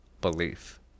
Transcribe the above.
belief